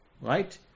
Right